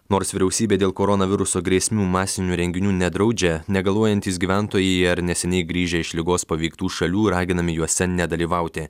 nors vyriausybė dėl koronaviruso grėsmių masinių renginių nedraudžia negaluojantys gyventojai ar neseniai grįžę iš ligos paveiktų šalių raginami juose nedalyvauti